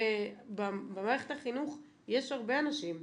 במערכת החינוך יש הרבה אנשים.